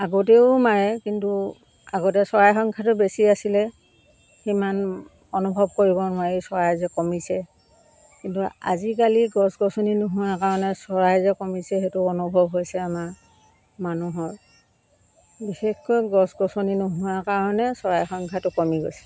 আগতেও মাৰে কিন্তু আগতে চৰাই সংখ্যাটো বেছি আছিলে সিমান অনুভৱ কৰিব নোৱাৰি চৰাই যে কমিছে কিন্তু আজিকালি গছ গছনি নোহোৱাৰ কাৰণে চৰাই যে কমিছে সেইটো অনুভৱ হৈছে আমাৰ মানুহৰ বিশেষকৈ গছ গছনি নোহোৱাৰ কাৰণে চৰাই সংখ্যাটো কমি গৈছে